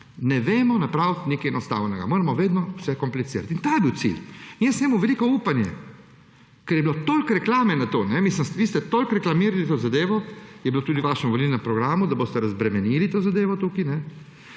Ne vemo napraviti nekaj enostavnega, moramo vedno vse komplicirati. To je bil cilj. Jaz sem imel veliko upanje, ker je bilo toliko reklame o tem. Vi ste toliko reklamirali to zadevo, je bilo tudi v vašem volilnem programu, da boste razbremenili to zadevo tukaj.